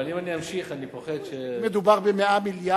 אבל אם אני אמשיך אני פוחד אם מדובר ב-100 מיליארד,